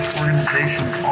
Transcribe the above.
organizations